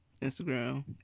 Instagram